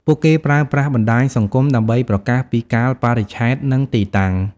ពួកគេប្រើប្រាស់បណ្ដាញសង្គមដើម្បីប្រកាសពីកាលបរិច្ឆេទនិងទីតាំង។